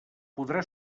podrà